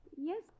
yes